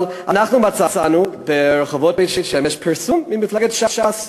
אבל אנחנו מצאנו ברחובות בית-שמש פרסום ממפלגת ש"ס: